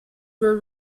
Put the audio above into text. were